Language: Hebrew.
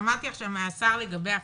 ששמעתי מהשר לגבי ה-flat,